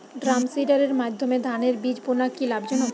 ড্রামসিডারের মাধ্যমে ধানের বীজ বোনা কি লাভজনক?